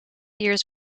years